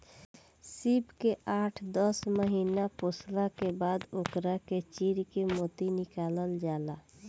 सीप के आठ दस महिना पोसला के बाद ओकरा के चीर के मोती निकालल जाला